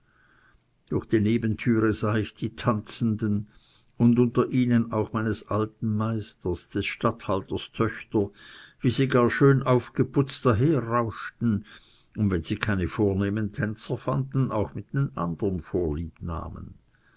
durch die nebentüre sah ich die tanzenden und unter ihnen auch meines alten meisters des statthalters töchter wie sie gar schön aufgeputzt daher rauschten und wenn sie keine vornehmen tänzer fanden auch mit andern